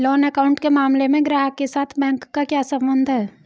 Loan account के मामले में ग्राहक के साथ बैंक का क्या संबंध है?